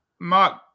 Mark